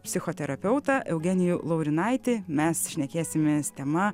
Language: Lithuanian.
psichoterapeutą eugenijų laurinaitį mes šnekėsimės tema